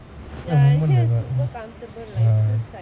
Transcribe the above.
ya here it's like super comfortable right feels like